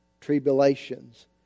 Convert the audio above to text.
tribulations